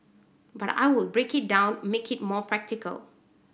but I would break it down make it more practical